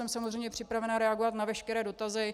Jsem samozřejmě připravena reagovat na veškeré dotazy.